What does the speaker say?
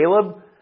Caleb